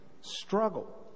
struggle